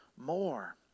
more